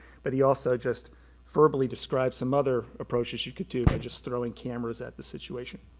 but he also just verbally described some other approaches you could do by just throwing cameras at the situation.